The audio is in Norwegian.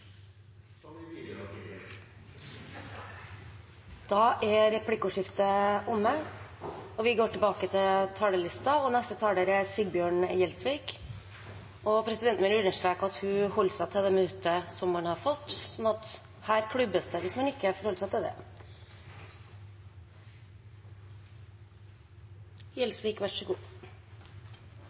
til inndekning. Da er replikkordskiftet omme. Presidenten vil understreke at en holder seg til det minuttet en har fått. Her klubbes det hvis en ikke forholder seg til det.